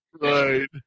Right